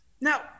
Now